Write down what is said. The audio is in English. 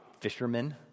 fishermen